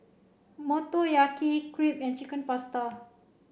Motoyaki Crepe and Chicken Pasta